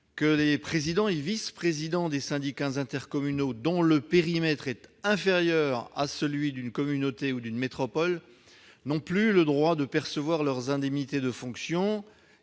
que les présidents et vice-présidents des syndicats intercommunaux « dont le périmètre est inférieur » à celui d'une communauté ou d'une métropole n'ont plus le droit de percevoir leurs indemnités de fonction.